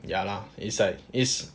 ya lah is like is